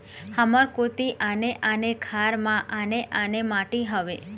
हमर कोती आने आने खार म आने आने माटी हावे?